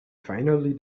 finally